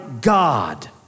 God